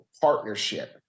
partnership